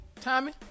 tommy